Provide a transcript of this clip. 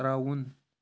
ترٛاوُن